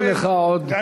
נשארו לך עוד 18 שניות.